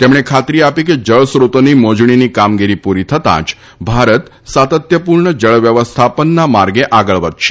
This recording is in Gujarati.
તેમણે ખાતરી આપી કે જળ સ્રોતોની મોજણીની કામગીરી પુરી થતાં જ ભારત સાતત્યપૂર્ણ જળ વ્યવસ્થાપનના માર્ગે આગળ વધશે